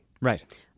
Right